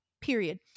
period